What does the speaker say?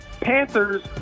Panthers